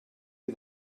you